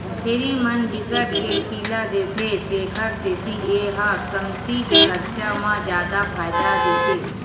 छेरी मन बिकट के पिला देथे तेखर सेती ए ह कमती खरचा म जादा फायदा देथे